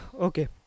okay